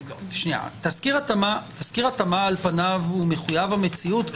תסקיר התאמה, על פניו הוא מחויב המציאות.